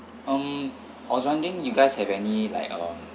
um I was wondering you guys have any like um